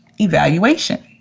evaluation